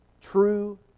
true